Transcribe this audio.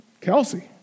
Kelsey